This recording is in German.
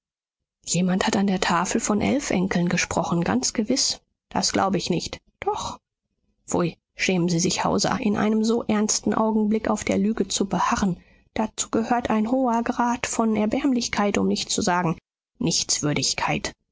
jemand hat an der tafel von elf enkeln gesprochen ganz gewiß das glaube ich nicht doch pfui schämen sie sich hauser in einem so ernsten augenblick auf der lüge zu beharren dazu gehört ein hoher grad von erbärmlichkeit um nicht zu sagen